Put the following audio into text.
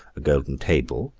a golden table,